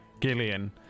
Gillian